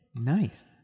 Nice